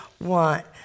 want